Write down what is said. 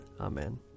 Amen